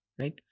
right